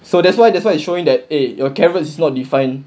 so that's why that's why it's showing that eh your carrot is not define